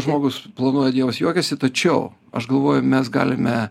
žmogus planuoja dievas juokiasi tačiau aš galvoju mes galime